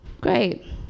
Great